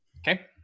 Okay